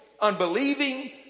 unbelieving